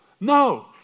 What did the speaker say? No